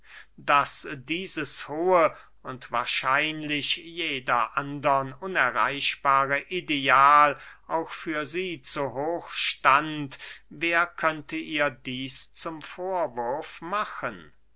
daß dieses hohe und wahrscheinlich jeder andern unerreichbare ideal auch für sie zu hoch stand wer könnte ihr dieß zum vorwurf machen